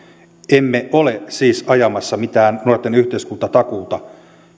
emme ole siis ajamassa mitään nuorten yhteiskuntatakuuta